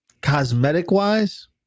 cosmetic-wise